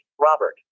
Robert